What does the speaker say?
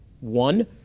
One